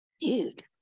dude